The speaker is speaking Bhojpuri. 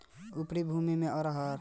उपरी भूमी में अरहर के बुआई ठीक होखेला?